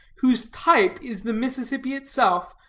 whose type is the mississippi itself,